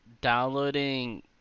downloading